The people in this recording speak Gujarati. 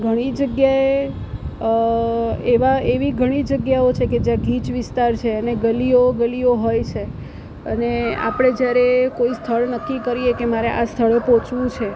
ઘણી જગયાએ એવા એવી ઘણી જગ્યાઓ છે કે જે ગીચ વિસ્તાર છે ને ગલીઓ ગલીઓ હોય છે અને આપણે જ્યારે કોઈ સ્થળ નક્કી કરીએ કે મારે આ સ્થળે પહોંચવું છે